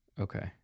Okay